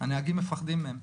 הנהגים מפחדים מהם,